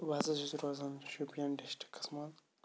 بہٕ ہسا چھُس روزان شُپیَن ڈِسٹرٛکَس منٛز